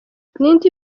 n’indi